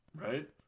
right